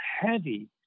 heavy